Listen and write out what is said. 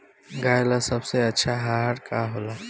गाय ला सबसे अच्छा आहार का होला?